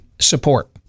support